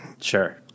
Sure